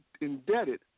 indebted